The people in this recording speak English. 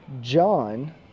John